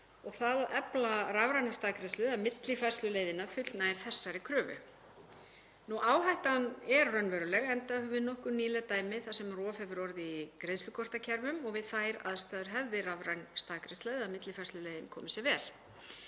Það að efla rafræna staðgreiðslu eða millifærsluleiðina fullnægir þessari kröfu. Áhættan er raunveruleg, enda höfum við nokkur nýleg dæmi þar sem rof hefur orðið í greiðslukortakerfum og við þær aðstæður hefði rafræn staðgreiðsla eða millifærsluleiðin komið sér vel.